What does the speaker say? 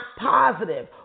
positive